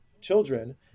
children